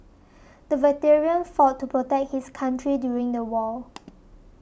the veteran fought to protect his country during the war